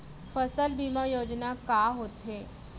फसल बीमा योजना का होथे?